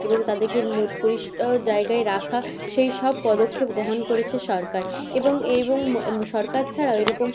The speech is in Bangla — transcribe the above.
এবং তাদেরকে মধ্ পরিষ্কার জায়গায় রাখা সেই সব পদক্ষেপ গ্রহণ করেছে সরকার এবং এবং এম সরকার ছাড়াও এরকম